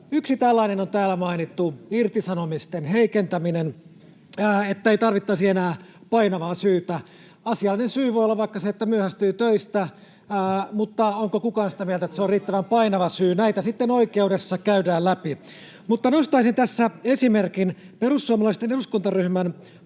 Yksi tällainen on täällä mainittu irtisanomisten heikentäminen, että ei tarvittaisi enää painavaa syytä. Asiallinen syy voi olla vaikka se, että myöhästyy töistä, mutta onko kukaan sitä mieltä, että se on riittävän painava syy? Näitä sitten oikeudessa käydään läpi. Mutta nostaisin tässä esimerkin. Perussuomalaisten eduskuntaryhmän